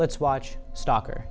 let's watch soccer